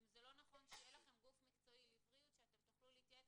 אם זה לא נכון שיהיה לכם גוף מקצועי שתוכלו להתייעץ